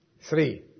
Three